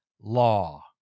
law